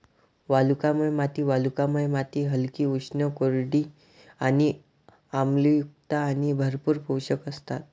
वालुकामय माती वालुकामय माती हलकी, उष्ण, कोरडी आणि आम्लयुक्त आणि भरपूर पोषक असतात